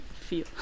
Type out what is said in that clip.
feel